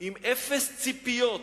עם אפס ציפיות.